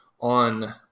on